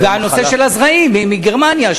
והנושא של הזרעים מגרמניה,